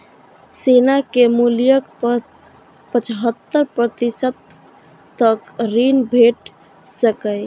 सोना के मूल्यक पचहत्तर प्रतिशत तक ऋण भेट सकैए